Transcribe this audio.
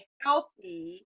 healthy